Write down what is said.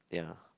yeah